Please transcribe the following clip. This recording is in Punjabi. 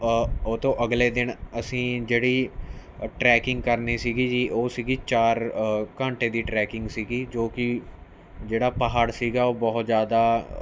ਉਹਤੋਂ ਅਗਲੇ ਦਿਨ ਅਸੀਂ ਜਿਹੜੀ ਟਰੈਕਿੰਗ ਕਰਨੀ ਸੀ ਜੀ ਉਹ ਸੀ ਚਾਰ ਘੰਟੇ ਦੀ ਟਰੈਕਿੰਗ ਸੀ ਜੋ ਕਿ ਜਿਹੜਾ ਪਹਾੜ ਸੀ ਉਹ ਬਹੁਤ ਜ਼ਿਆਦਾ